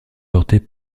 portées